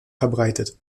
verbreitet